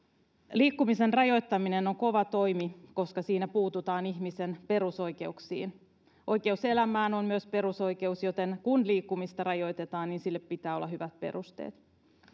liikkumisen rajoittaminen on kova toimi koska siinä puututaan ihmisen perusoikeuksiin oikeus elämään on myös perusoikeus joten kun liikkumista rajoitetaan niin sille pitää olla hyvät perusteet